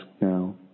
now